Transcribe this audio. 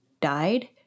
died